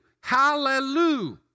Hallelujah